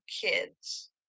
kids